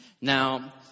Now